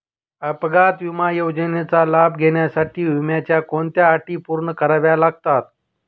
अपघात विमा योजनेचा लाभ घेण्यासाठी विम्याच्या कोणत्या अटी पूर्ण कराव्या लागतात?